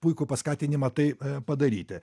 puikų paskatinimą tai padaryti